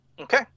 Okay